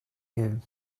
you